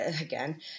Again